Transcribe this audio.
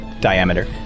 diameter